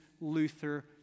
Luther